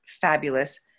fabulous